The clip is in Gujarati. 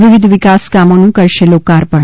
વિવિધ વિકાસકામોનું કરશે લોકાર્પણ